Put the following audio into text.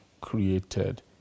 created